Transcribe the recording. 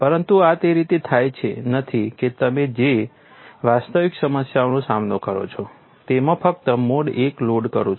પરંતુ આ તે રીતે નથી કે તમે જે વાસ્તવિક સમસ્યાઓનો સામનો કરો છો તેમાં ફક્ત મોડ I લોડ કરું છું